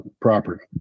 property